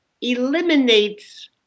eliminates